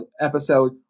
episode